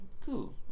cool